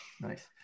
nice